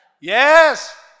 Yes